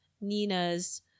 Nina's